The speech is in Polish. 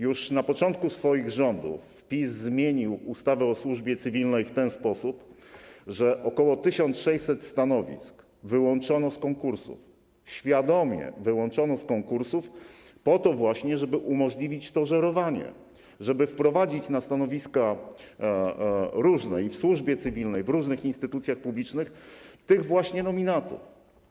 Już na początku swoich rządów PiS zmienił ustawę o służbie cywilnej w ten sposób, że około 1600 stanowisk wyłączono z konkursów, świadomie wyłączono z konkursów po to właśnie, żeby umożliwić to żerowanie, żeby wprowadzić na różne stanowiska, w służbie cywilnej, w różnych instytucjach publicznych, tych właśnie nominatów.